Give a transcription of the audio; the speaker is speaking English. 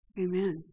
Amen